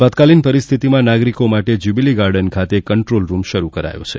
આપાતકાલિન પરિસ્થિતિમાં નાગરિકો માટે જ્યુબિલી ગાર્ડન ખાતે કંટ્રોલ રૂમ શરૂ કરાયો છે